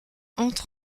entre